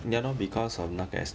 ya lor because of 那个 as~